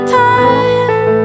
time